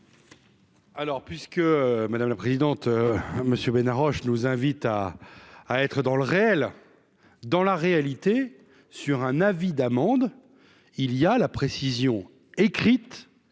Alors, puisque madame la présidente, monsieur Ménard Roche nous invite à à être dans le réel, dans la réalité. Sur un avis d'amende, il y a la précision écrites